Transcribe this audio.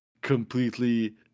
completely